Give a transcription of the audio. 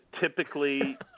typically